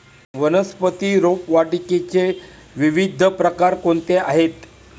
वनस्पती रोपवाटिकेचे विविध प्रकार कोणते आहेत?